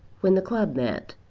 when the club met.